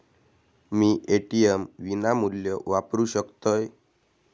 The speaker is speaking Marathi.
मी ए.टी.एम विनामूल्य वापरू शकतय?